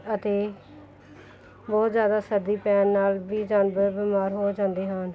ਅਤੇ ਬਹੁਤ ਜ਼ਿਆਦਾ ਸਰਦੀ ਪੈਣ ਨਾਲ ਵੀ ਜਾਨਵਰ ਬਿਮਾਰ ਹੋ ਜਾਂਦੇ ਹਨ